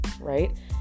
right